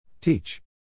Teach